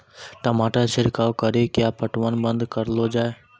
टमाटर छिड़काव कड़ी क्या पटवन बंद करऽ लो जाए?